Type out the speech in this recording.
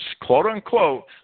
quote-unquote